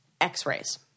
x-rays